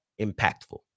impactful